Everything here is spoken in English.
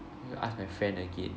need to ask my friend again